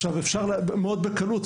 עכשיו אפשר מאוד בקלות,